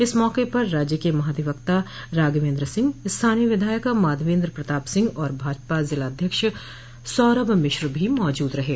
इस मौके पर राज्य के महाधिवक्ता राघवेन्द्र सिंह स्थानीय विधायक माधवेन्द्र प्रताप सिंह और भाजपा जिलाध्यक्ष सौरभ मिश्र भी मौजूद थे